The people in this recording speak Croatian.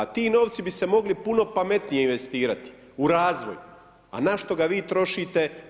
Ti novci bi se mogli puno pametnije investirati, u razvoj, a na što ga vi trošite?